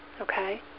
Okay